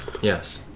Yes